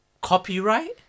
copyright